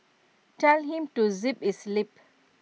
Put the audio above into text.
tell him to zip his lip